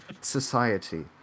society